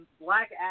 Black